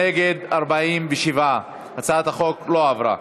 נגד, 47. הצעת החוק לא עברה.